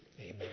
Amen